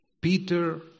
Peter